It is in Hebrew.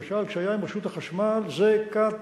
למשל, מה שהיה עם רשות החשמל זה קטסטרופה,